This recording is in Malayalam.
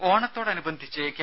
ദേശ ഓണത്തോടനുബന്ധിച്ച് കെ